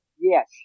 yes